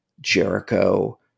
Jericho